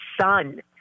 son